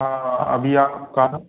हाँ अभी आप कहाँ हो